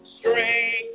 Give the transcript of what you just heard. strength